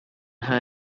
her